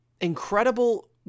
incredible